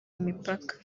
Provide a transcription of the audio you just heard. imipaka